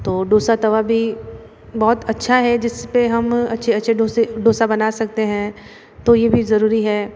तो डोसा तवा भी बहुत अच्छा है जिसपे हम अच्छे अच्छे डोसे डोसा बना सकते हैं तो ये भी ज़रूरी है